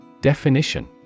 Definition